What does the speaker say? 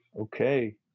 Okay